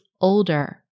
older